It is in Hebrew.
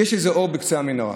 יש איזה אור בקצה המנהרה.